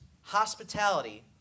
hospitality